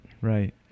Right